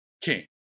king